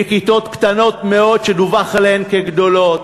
מכיתות קטנות מאוד שדווח עליהן כגדולות,